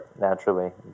naturally